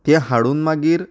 तें हाडून मागीर